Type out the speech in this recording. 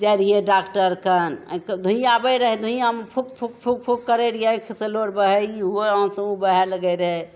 जाइ रहियै डॉक्टर कन ऑंखिके धुइयाँ बढ़ि रहै धुइयाँमे फूक फूक फूक फूक करै रहियै ऑंखि सँ नोर बहै ई हुये आँसु बहए लगै रहै